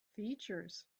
features